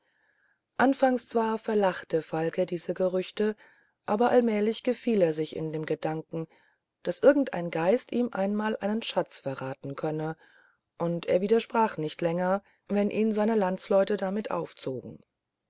anfangs zwar verlachte falke diese gerüchte aber allmählich gefiel er sich in dem gedanken daß irgendein geist ihm einmal einen schatz verraten könne und er widersprach nicht länger wenn ihn seine landsleute damit aufzogen